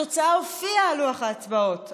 התוצאה הופיעה על לוח ההצבעות,